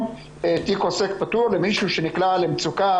תיק עוסק פטור למישהו שנקלע למצוקה,